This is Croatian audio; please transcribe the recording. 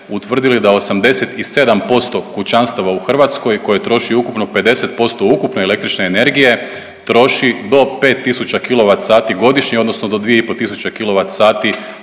utvrdili da 87% kućanstava u Hrvatskoj koje troši ukupno 50% ukupne električne energije troši do 5.000 kWh godišnje odnosno do 2,5